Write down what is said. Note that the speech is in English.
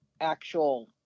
actual